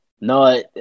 No